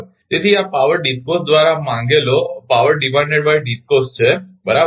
તેથી આ power DISCOs દ્વારા માંગેલો છે બરાબર